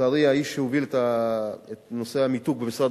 לצערי האיש שהוביל את נושא המיתוג במשרד